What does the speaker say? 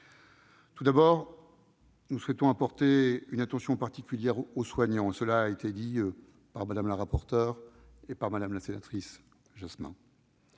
Tout d'abord, nous souhaitons apporter une attention particulière aux soignants- cela a été dit par Mme la rapporteure et par Mme la sénatrice Jasmin.